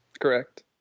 Correct